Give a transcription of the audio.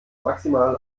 maximal